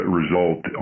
result